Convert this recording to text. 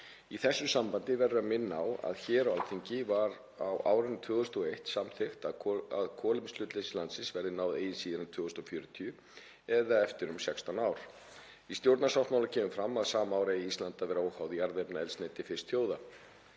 Í þessu sambandi verður að minna á að hér á Alþingi var á árinu 2021 samþykkt að kolefnishlutleysi landsins verði náð eigi síðar en 2040 eða eftir 16 ár. Í stjórnarsáttmála kemur fram að sama ár eigi Ísland að verða óháð jarðefnaeldsneyti fyrst þjóða.